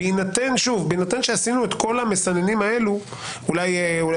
בהינתן שעשינו את כל המסננים האלו - ואיתן,